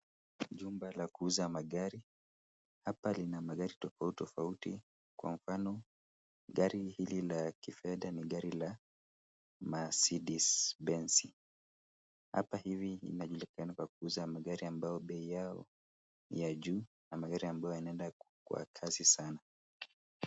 Jumba la kuuza magari. Hapa lina magari tofauti tofauti kwa mfano, gari hili la kifedha ni gari la Mercedes Benz. Hapa hivi inajulikana kwa kuuza magari ambayo bei yao ni ya juu na magari ambayo inaenda kwa kasi sana.